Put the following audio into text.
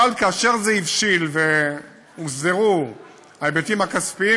אבל כאשר זה הבשיל והוסדרו ההיבטים הכספיים,